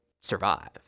survive